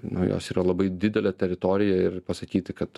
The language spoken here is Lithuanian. nu jos yra labai didelė teritorija ir pasakyti kad